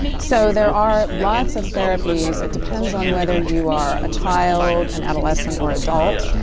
so, there are lots of therapies. it depends on whether you are a child, an adolescent or adult,